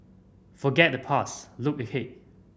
forget the past look ahead